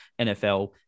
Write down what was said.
NFL